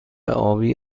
آبی